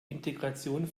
integration